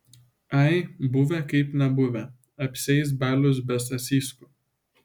ai buvę kaip nebuvę apsieis balius be sasiskų